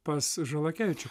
pas žalakevičių